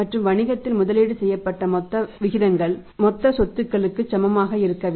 மற்றும் வணிகத்தில் முதலீடு செய்யப்பட்ட மொத்த விகிதங்கள் மொத்த சொத்துக்கு சமமாக இருக்க வேண்டும்